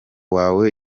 wawe